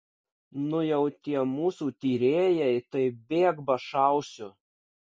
nu jau tie mūsų tyrėjai tai bėk ba šausiu